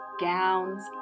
gowns